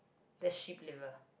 the sheep liver